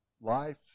life